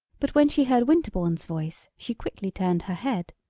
but when she heard winterbourne's voice she quickly turned her head.